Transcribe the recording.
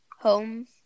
home